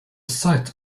site